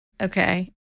Okay